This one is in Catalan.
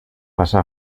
passà